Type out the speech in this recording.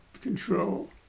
control